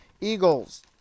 Eagles